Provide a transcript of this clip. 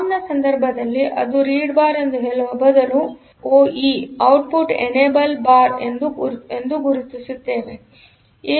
ರಾಮ್ ನ ಸಂದರ್ಭದಲ್ಲಿ ಅದು ರೀಡ್ ಬಾರ್ ಎಂದು ಹೇಳುವ ಬದಲು OE output enable bar bar ಎಂದು ಗುರುತಿಸುತ್ತೇವೆ